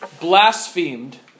blasphemed